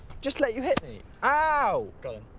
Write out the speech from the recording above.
just let you hit me? ow! go,